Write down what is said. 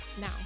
Now